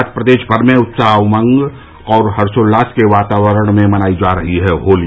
आज प्रदेश भर में उत्साह उमंग और हर्षोल्लास के वातावरण में मनायी जा रही है होली